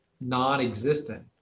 non-existent